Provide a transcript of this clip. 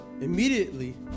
immediately